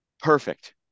perfect